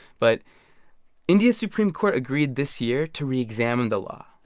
but india's supreme court agreed this year to re-examine the law.